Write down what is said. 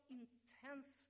intense